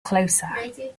closer